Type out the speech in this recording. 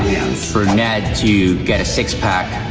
for ned to get a six pack,